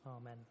Amen